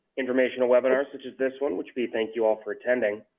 informational webinars such as this one which we thank you all for attending.